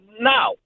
now